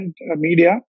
media